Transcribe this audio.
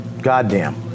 goddamn